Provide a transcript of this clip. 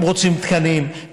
הם רוצים תקנים,